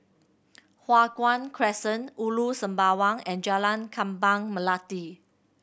Hua Guan Crescent Ulu Sembawang and Jalan Kembang Melati